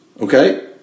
okay